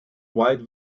wide